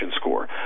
score